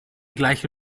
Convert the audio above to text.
gleiche